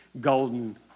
golden